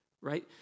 Right